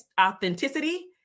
authenticity